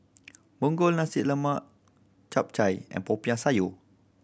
Punggol Nasi Lemak Chap Chai and Popiah Sayur